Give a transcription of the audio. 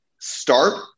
start